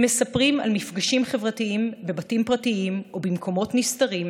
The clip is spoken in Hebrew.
הם מספרים על מפגשים חברתיים בבתים פרטיים או במקומות נסתרים,